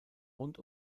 rund